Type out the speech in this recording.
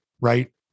right